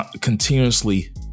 continuously